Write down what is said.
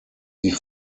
die